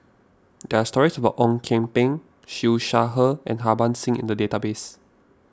there are stories about Ong Kian Peng Siew Shaw Her and Harbans Singh in the database